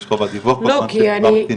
יש חובת דיווח, אם מדובר בקטינים.